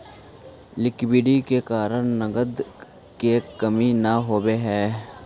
liquidity के कारण नगद के कमी न होवऽ हई